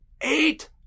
Eight